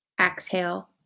exhale